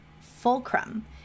fulcrum